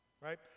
right